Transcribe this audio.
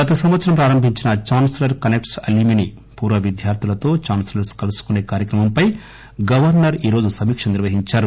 గత సంవత్సరం ప్రారంభించిన ఛాన్సలర్ కసెక్ట్ అల్యుమిని పూర్వ విద్యార్ధులతో ఛాన్సలర్ కలుసుకునే కార్యక్రమంపై గవర్నర్ ఈరోజు సమీక్ష నిర్వహించారు